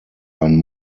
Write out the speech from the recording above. ein